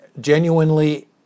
genuinely